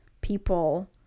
people